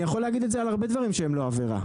אני יכול להגיד את זה על הרבה דברים שהם לא עבירה.